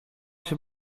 się